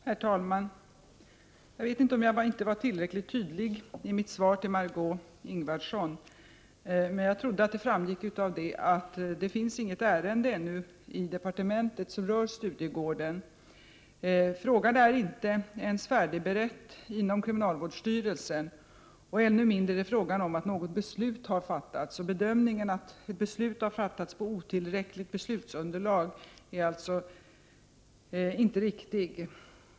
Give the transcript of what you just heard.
Herr talman! Jag vet inte om jag inte var tillräckligt tydlig i mitt svar till Margö Ingvardsson. Jag trodde att det framgick av svaret att det ännu inte finns något ärende i departementet som rör Studiegården. Frågan är inte ens färdigberedd inom kriminalvårdsstyrelsen. Ännu mindre har något beslut fattats. Bedömningen att ett beslut har fattats på otillräckligt beslutsunderlag är alltså inte riktig.